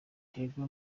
diego